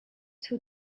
two